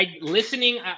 listening